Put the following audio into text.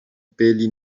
peli